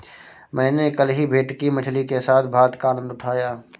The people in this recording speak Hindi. मैंने कल ही भेटकी मछली के साथ भात का आनंद उठाया